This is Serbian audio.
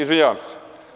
Izvinjavam, se.